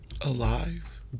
alive